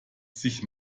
sich